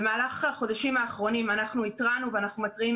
במהלך החודשים האחרונים אנחנו התרענו ואנחנו מתריעים